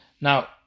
Now